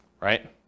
right